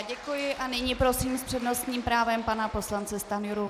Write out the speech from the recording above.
Děkuji a nyní prosím s přednostním právem pana poslance Stanjuru.